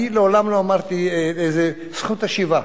אני מעולם לא אמרתי "זכות השיבה",